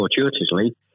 fortuitously